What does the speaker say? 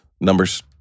numbers